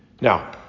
Now